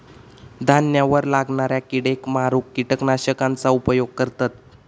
धान्यावर लागणाऱ्या किडेक मारूक किटकनाशकांचा उपयोग करतत